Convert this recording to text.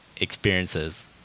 experiences